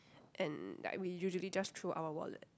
and like we usually just throw our wallet